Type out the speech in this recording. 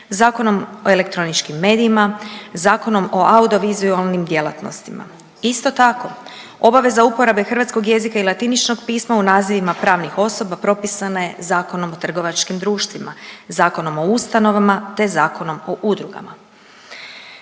Zakonom o elektroničkim medijima, Zakonom o audio vizualnim djelatnostima. Isto tako, obaveza uporabe hrvatskog jezika i latiničnog pisma u nazivima pravnih osoba propisana je Zakonom o trgovačkim društvima, Zakonom o ustanovama te Zakonom o udrugama.